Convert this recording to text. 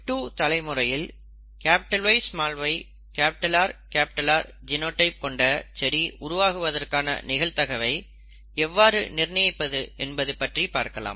F2 தலைமுறையில் YyRR genotype கொண்ட செடி உருவாகுவதற்கான நிகழ்தகவை எவ்வாறு நிர்ணயிப்பது என்பது பற்றி பார்க்கலாம்